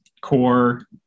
core